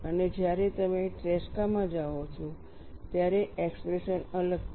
અને જ્યારે તમે ટ્રેસ્કા માં જાઓ છો ત્યારે એક્સપ્રેશન અલગ છે